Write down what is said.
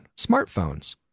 Smartphones